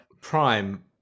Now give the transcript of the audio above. prime